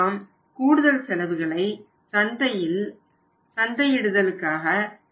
நாம் கூடுதல் செலவுகளை சந்தையிடுதல் செலவுகளுக்காக ஏற்கிறோம்